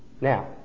Now